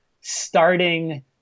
starting